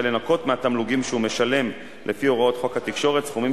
לנכות מהתמלוגים שהוא משלם לפי הוראות חוק התקשורת סכומים